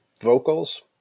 vocals